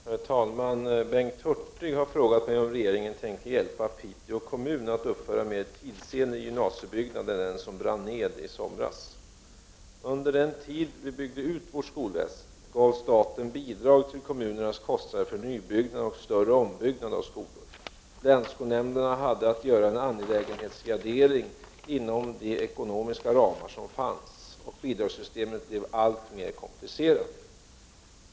Herr talman! Bengt Hurtig har frågat mig om regeringen tänker hjälpa Piteå kommun att uppföra en mer tidsenlig gymnasiebyggnad än den som brann ned i somras. Under den tid vi byggde ut vårt skolväsende gav staten bidrag till kommunernas kostnader för nybyggnad och större ombyggnad av skolor. Länsskolnämnderna hade att göra en angelägenhetsgradering inom de ekonomiska ramar som fanns, och bidragssystemet blev alltmer komplicerat.